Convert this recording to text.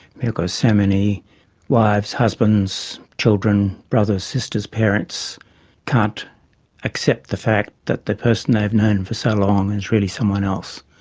because so many wives, husbands, children, brothers, sisters, parents can't accept the fact that the person they've known for so long is really someone else.